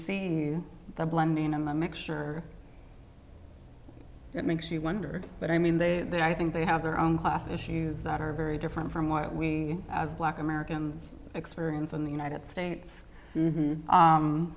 see the blending and i make sure it makes you wonder but i mean they they i think they have their own class issues that are very different from what we as black americans experience in the united states